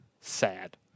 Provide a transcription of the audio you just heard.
sad